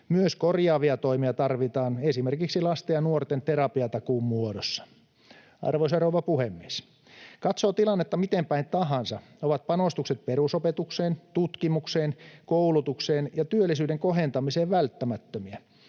Myös korjaavia toimia tarvitaan, esimerkiksi lasten ja nuorten terapiatakuun muodossa. Arvoisa rouva puhemies! Katsoo tilannetta miten päin tahansa, ovat panostukset perusopetukseen, tutkimukseen, koulutukseen ja työllisyyden kohentamiseen välttämättömiä.